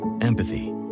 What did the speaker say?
Empathy